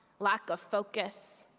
lack of focus,